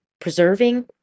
preserving